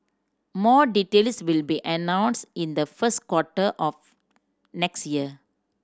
more details will be announced in the first quarter of next year